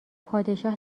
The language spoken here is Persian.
پادشاه